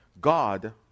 God